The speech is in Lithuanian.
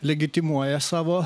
legitimuoja savo